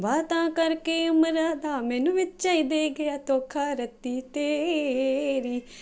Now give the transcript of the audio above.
ਵਾਅਦਾ ਕਰਕੇ ਉਮਰਾਂ ਦਾ ਮੈਨੂੰ ਵਿੱਚ ਹੀ ਦੇ ਗਿਆ ਧੋਖਾ ਰੱਤੀ ਤੇਰੀ